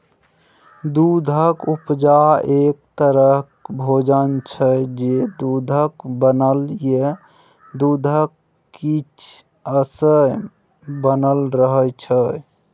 दुधक उपजा एक तरहक भोजन छै जे दुधक बनल या दुधक किछ अश सँ बनल रहय छै